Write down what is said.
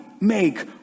make